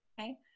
Okay